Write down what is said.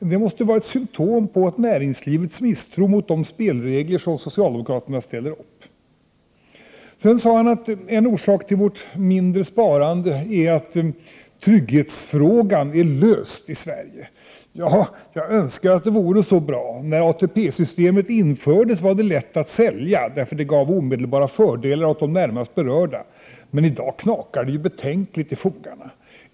Detta måste vara ett symtom på näringslivets misstro mot de spelregler som socialdemo kraterna ställer upp. att tryggnetstragan ar Iost I Sverige. Jag Onskar att det vore sa bra. Nar ATP-systemet infördes var det lätt att sälja, eftersom det gav omedelbara fördelar åt de närmast berörda. Men i dag knakar det betänkligt i fogarna.